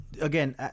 again